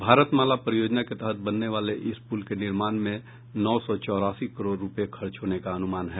भारतमाला परियोजना के तहत बनने वाले इस पुल के निर्माण में नौ सौ चौरासी करोड़ रूपये खर्च होने का अनुमान है